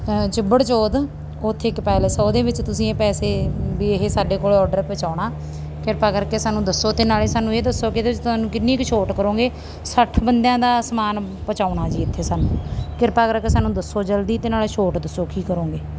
ਚਿੱਬੜ ਚੋਧ ਉੱਥੇ ਇੱਕ ਪੈਲਸ ਉਹਦੇ ਵਿੱਚ ਤੁਸੀਂ ਇਹ ਪੈਸੇ ਵੀ ਇਹ ਸਾਡੇ ਕੋਲ ਓਡਰ ਪਹੁੰਚਾਉਣਾ ਕਿਰਪਾ ਕਰਕੇ ਸਾਨੂੰ ਦੱਸੋ ਅਤੇ ਨਾਲੇ ਸਾਨੂੰ ਇਹ ਦੱਸੋ ਕਿ ਇਹਦੇ 'ਚ ਤੁਹਾਨੂੰ ਕਿੰਨੀ ਕੁ ਛੋਟ ਕਰੋਗੇ ਸੱਠ ਬੰਦਿਆਂ ਦਾ ਸਮਾਨ ਪਹੁੰਚਾਉਣਾ ਜੀ ਇੱਥੇ ਸਾਨੂੰ ਕਿਰਪਾ ਕਰਕੇ ਸਾਨੂੰ ਦੱਸੋ ਜਲਦੀ ਅਤੇ ਨਾਲੇ ਛੋਟ ਦੱਸੋ ਕੀ ਕਰੋਗੇ